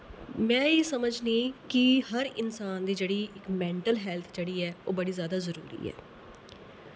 में एह् समझनी कि हर इंसान दी जेह्ड़ी इक मैंटल हैल्थ जेह्ड़ी ऐ ओह् बड़ी ज्यादा जरूरी ऐ